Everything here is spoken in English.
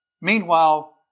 Meanwhile